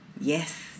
Yes